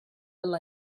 will